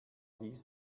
dies